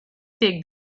take